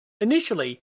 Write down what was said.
Initially